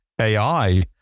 AI